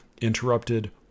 interrupted